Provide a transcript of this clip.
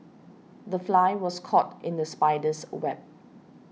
the fly was caught in the spider's web